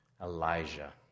Elijah